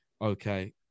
okay